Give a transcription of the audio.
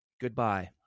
Goodbye